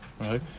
right